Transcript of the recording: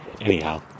Anyhow